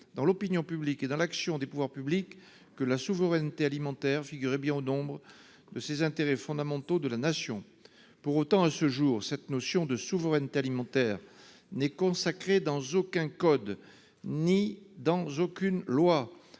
dans l'opinion publique et dans l'action des pouvoirs publics que la souveraineté alimentaire bien au nombre de ses intérêts fondamentaux de la nation pour autant à ce jour, cette notion de souveraineté alimentaire n'est consacré dans aucun code ni dans aucune loi